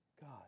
God